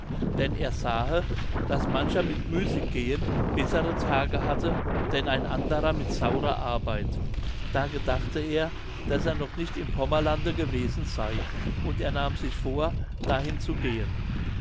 denn er sahe daß mancher mit müßiggehen bessere tage hatte denn ein anderer mit saurer arbeit da gedachte er daß er noch nicht im pommerlande gewesen sey und er nahm sich vor dahin zu gehen